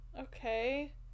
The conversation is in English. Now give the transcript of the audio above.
okay